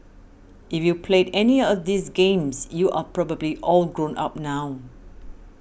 if you played any of these games you are probably all grown up now